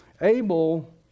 Abel